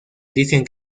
dicen